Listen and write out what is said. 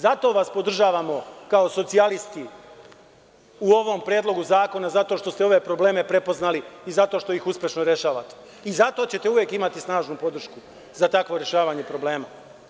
Zato vas podržavamo kao socijalisti u ovom predlogu zakona, zato što ste ove probleme prepoznali i zato što ih uspešno rešavate i zato ćete uvek imati snažnu podršku za takvo rešavanje problema.